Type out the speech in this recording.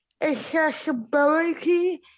accessibility